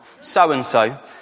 so-and-so